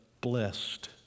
blessed